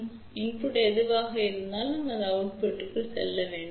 உள்ளீடு எதுவாக இருந்தாலும் அது வெளியீட்டிற்குச் செல்ல வேண்டுமா